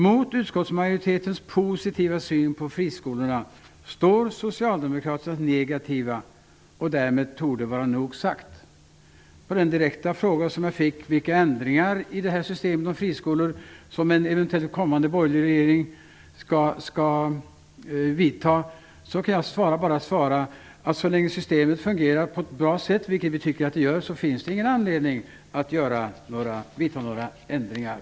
Mot utskottsmajoritetens positiva syn på friskolorna står Socialdemokraternas negativa. Därmed torde nog vara sagt om det. På den direkta fråga som jag fick om vilka ändringar i systemet med friskolor som en eventuellt kommande borgerlig regering kommer att vidta kan jag bara svara att så länge systemet fungerar på ett bra sätt, vilket vi tycker att det gör, finns det ingen anledning att vidta några ändringar.